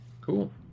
cool